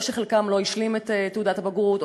שחלקם לא השלים את תעודת הבגרות,